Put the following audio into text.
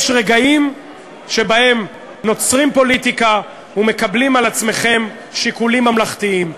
יש רגעים שבהם נוצרים פוליטיקה ומקבלים על עצמכם שיקולים ממלכתיים.